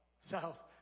South